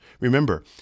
Remember